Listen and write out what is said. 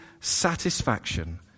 satisfaction